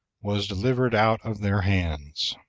was delivered out of their hands.